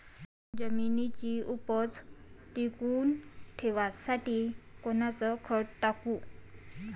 जमिनीची उपज टिकून ठेवासाठी कोनचं खत टाकू?